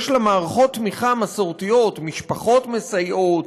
יש לה מערכות תמיכה מסורתיות משפחות מסייעות,